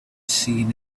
seen